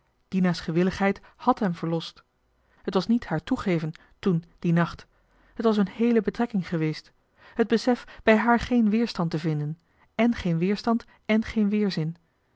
verlost dina's gewilligheid had hem verlost het was niet haar toegeven toen dien nacht het was hun heele verhouding geweest t besef bij haar geen weerstand te vinden èn geen weerstand èn geen weerzin